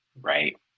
right